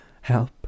Help